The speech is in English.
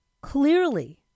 clearly